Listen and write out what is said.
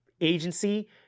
agency